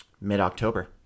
mid-October